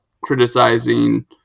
criticizing